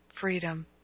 freedom